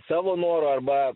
savo noru arba